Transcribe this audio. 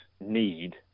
need